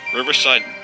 Riverside